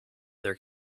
there